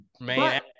man